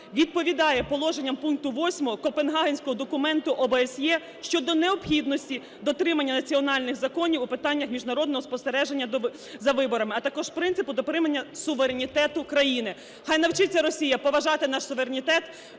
відповідає положенням пункту 8 Копенгагенського документа ОБСЄ щодо необхідності дотримання національних законів у питаннях міжнародного спостереження за виборами, також принципу дотримання суверенітету країни. Хай навчиться Росія поважати наш суверенітет.